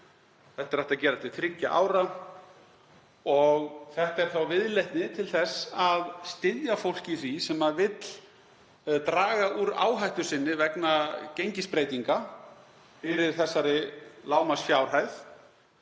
Þetta er hægt að gera til þriggja ára og þetta er þá viðleitni til þess að styðja fólk í því sem vill draga úr áhættu sinni vegna gengisbreytinga fyrir þessari lágmarksfjárhæð